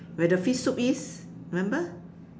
where the fish soup is remember